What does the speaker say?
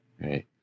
Right